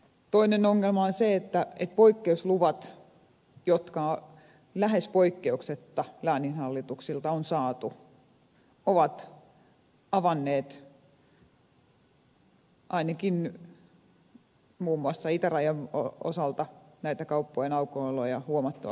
toinen ongelma on se että poikkeusluvat jotka lähes poikkeuksetta lääninhallituksilta on saatu ovat avanneet ainakin muun muassa itärajan osalta näitä kauppojen aukioloja huomattavasti enemmän